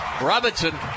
Robinson